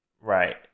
right